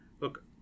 look